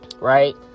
right